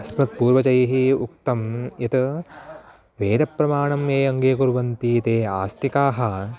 अस्मद् पूर्वजैः उक्तं यत् वेदप्रमाणं ये अङ्गीकुर्वन्ति ते आस्तिकाः